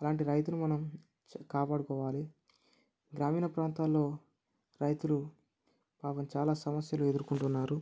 అలాంటి రైతును మనం కాపాడుకోవాలి గ్రామీణ ప్రాంతాల్లో రైతులు పాపం చాలా సమస్యలు ఎదుర్కొంటున్నారు